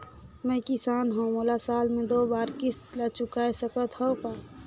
मैं किसान हव मोला साल मे दो बार किस्त ल चुकाय सकत हव का?